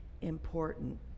important